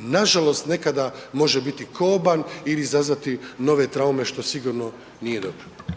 nažalost nekada može biti koban ili izazvati nove traume, što sigurno nije dobro.